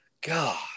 god